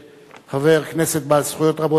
חבר כנסת בעל זכויות רבות,